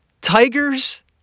Tigers